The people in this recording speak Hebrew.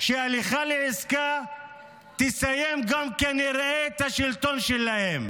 שהליכה לעסקה תסיים גם כנראה את השלטון שלהם.